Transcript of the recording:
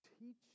teach